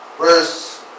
verse